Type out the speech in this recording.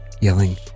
yelling